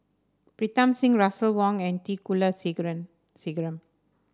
Pritam Singh Russel Wong and T Kulasekaram